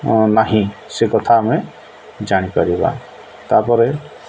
ନାହିଁ ସେ କଥା ଆମେ ଜାଣିପାରିବା ତାପରେ